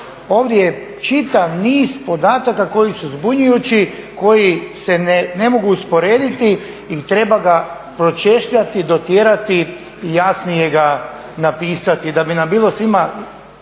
ovdje je čitav niz podataka koji su zbunjujući, koji se ne mogu usporediti i treba ga pročešljati, dotjerati i jasnije ga napisati, da bi nam bilo svima